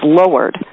lowered